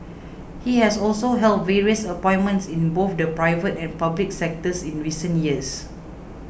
he has also held various appointments in both the private and public sectors in recent years